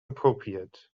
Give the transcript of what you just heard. appropriate